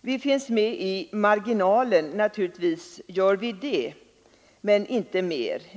Vi finns med i marginalen — naturligtvis gör vi det — men inte mer.